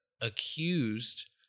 accused